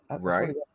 Right